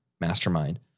mastermind